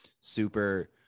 super